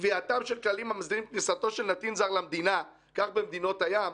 קביעתם של כללים המסדירים כניסתו של נתין זר למדינה כך במדינות הים,